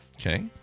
Okay